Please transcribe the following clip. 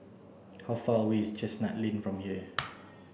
how far away is Chestnut Lane from here